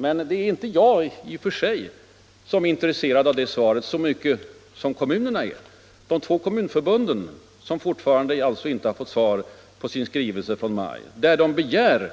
Men i och för sig är det inte jag som är så intresserad av det svaret, utan det är kommunerna, det är de två kommunförbunden, som fortfarande inte har fått svar på sin skrivelse från maj, där de begärde